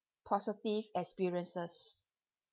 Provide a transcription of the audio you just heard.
positive experiences